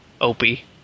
Opie